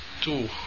two